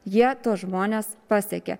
jie tuos žmones pasiekė